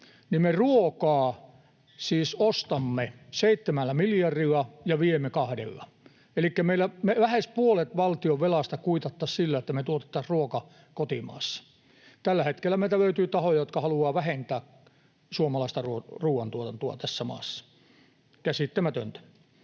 me ruokaa ostamme seitsemällä miljardilla ja viemme kahdella, elikkä meillä lähes puolet valtionvelasta kuitattaisiin sillä, että me tuotettaisiin ruoka kotimaassa. Tällä hetkellä meiltä löytyy tässä maassa tahoja, jotka haluavat vähentää suomalaista ruuantuotantoa. Käsittämätöntä.